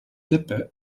lippe